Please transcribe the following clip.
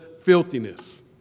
Filthiness